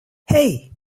hey